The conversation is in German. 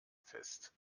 fest